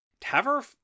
Taver